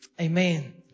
Amen